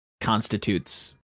constitutes